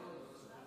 חבר הכנסת